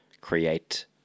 create